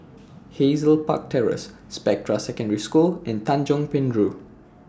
Hazel Park Terrace Spectra Secondary School and Tanjong Penjuru